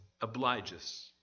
obliges